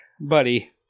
buddy